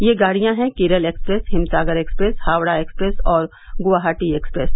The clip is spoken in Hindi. ये गाडियां हैं Kerala Express Himsagar Express Howrah Express और गुवाहाटी एक्सप्रेस